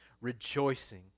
rejoicing